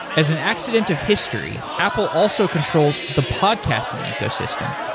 as an accident of history, apple also controls the podcasting ecosystem.